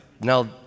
Now